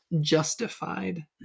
justified